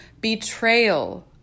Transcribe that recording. betrayal